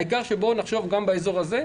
העיקר שנחשוב גם על הדבר הזה.